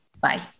bye